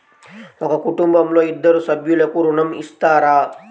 ఒక కుటుంబంలో ఇద్దరు సభ్యులకు ఋణం ఇస్తారా?